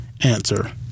Answer